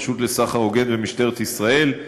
הרשות לסחר הוגן ומשטרת ישראל,